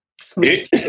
sweet